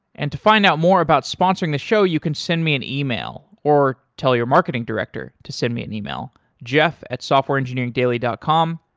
and to find out more about sponsoring the show, you can send me an email or tell your marketing director to send me an email, jeff at softwareengineering dot com.